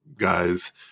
guys